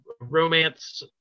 romance